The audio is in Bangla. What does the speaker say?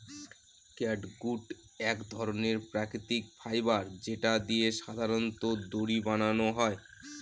ক্যাটগুট এক ধরনের প্রাকৃতিক ফাইবার যেটা দিয়ে সাধারনত দড়ি বানানো হয়